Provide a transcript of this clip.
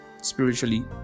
spiritually